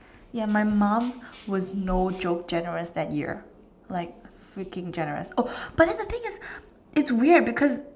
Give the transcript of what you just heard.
ya my mom would no joke generous that year like freaking generous oh but then the thing is it's weird because